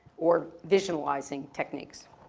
or visualizing techniques.